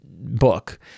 book